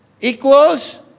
Equals